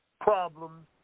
problems